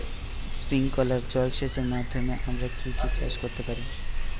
Sprinkler জলসেচের মাধ্যমে আমরা কি কি চাষ করতে পারি?